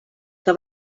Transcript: que